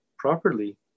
properly